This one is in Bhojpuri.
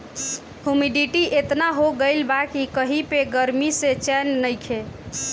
हुमिडिटी एतना हो गइल बा कि कही पे गरमी से चैन नइखे